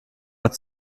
hat